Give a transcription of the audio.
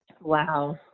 wow